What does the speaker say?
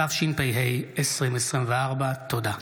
התשפ"ה 2024. תודה.